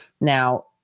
Now